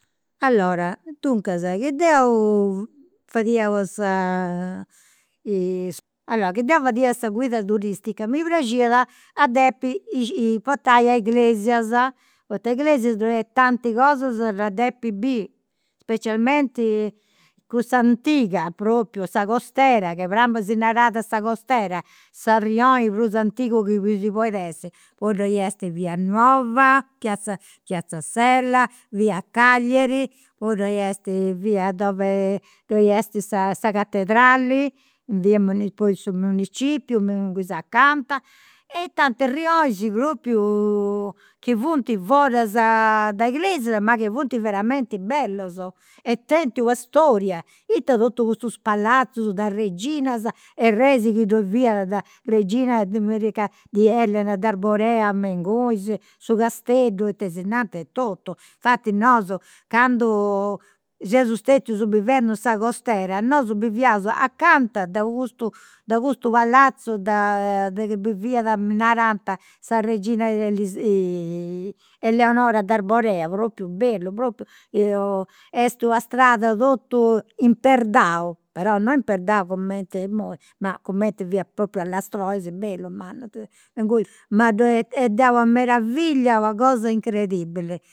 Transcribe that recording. Allora, duncas, chi deu fadia, allora chi deu fadia sa guida turistica mi praxiat a depi portai a Iglesias, poita a Iglesias ddoi at tanti cosas de depi biri. Specialmenti cussa antiga, propriu sa costera, che prima si narat sa costera, sa rioni prus antigu chi nci podit essi. Poi ddoi est via Nuova, piazza Sella, via cagliari, poi ddoi est via, dove ddoi est sa sa catedrali, poi su municipiu inguni acanta e tantis rionis propriu chi funt foras de Iglesias ma chi funt veramenti bellus e tenti una storia, ita totus custus palazus de reginas e rei chi ddoi fiat de regina di elena d'arborea, me ingunis, su casteddu e tesinanta e totu. Infati nosu candu seus stetius bivendi in sa costera, nosu biviaus de custu de custu palazu de su de chi biviat narant sa regina eleonora d'arborea, propriu bellu, propriu est una strada totu imperdau, però non imperdau cumenti imui, ma cumenti fiat propriu a lastronis, bellu, mannu, inguni ma ddoi est de una meravillia, una cosa incredibili